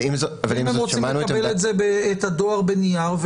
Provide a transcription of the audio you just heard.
אבל אם הם רוצים לקבל את הדואר בנייר?